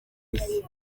isi